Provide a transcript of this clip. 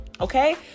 okay